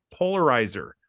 polarizer